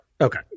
Okay